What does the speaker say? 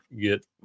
get